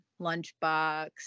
lunchbox